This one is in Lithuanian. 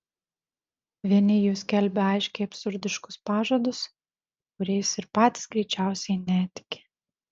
vieni jų skelbia aiškiai absurdiškus pažadus kuriais ir patys greičiausiai netiki